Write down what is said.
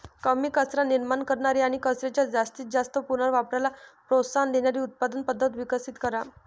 कमी कचरा निर्माण करणारी आणि कचऱ्याच्या जास्तीत जास्त पुनर्वापराला प्रोत्साहन देणारी उत्पादन पद्धत विकसित करा